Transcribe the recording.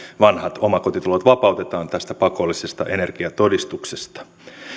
vanhat omakotitalot vapautetaan tästä pakollisesta energiatodistuksesta